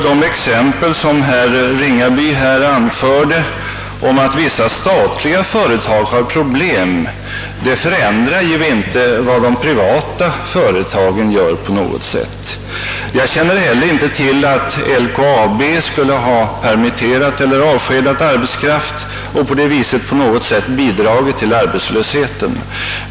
De exempel som herr Ringaby anförde på att vissa statliga företag har problem förändrar inte på något sätt vad de privata företagen gör. Jag känner inte till att LKAB skulle ha avskedat arbetskraft och på det viset bidragit till arbetslösheten.